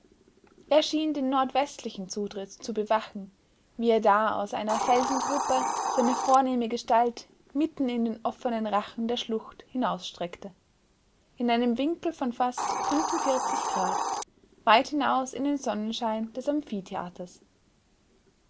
schien den nordwestlichen zutritt zu bewachen wie er da aus einer felsengruppe seine vornehme gestalt mitten in den offenen rachen der schlucht hinausreckte in einem winkel von fast fünfundvierzig grad weit hinaus in den sonnenschein des amphitheaters